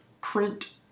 Print